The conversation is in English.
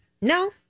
No